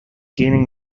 gaining